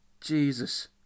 Jesus